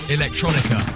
electronica